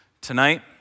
tonight